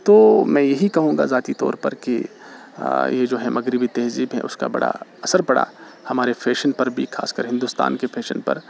تو میں یہی کہوں گا ذاتی طور پر کہ یہ جو ہے مغربی تہذیب ہے اس کا بڑا اثر پڑا ہمارے فیشن پر بھی خاص کر ہندوستان کے فیشن پر